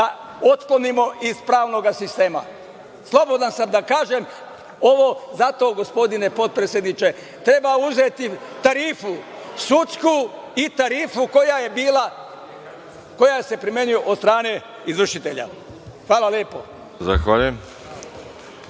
da otklonimo iz pravnog sistema. Slobodan sam da kažem ovo – zato, gospodine potpredsedniče, treba uzeti tarifu sudsku i tarifu koja se primenjuje od strane izvršitelja. Hvala lepo.